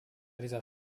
dieser